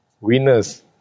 winners